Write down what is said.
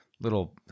little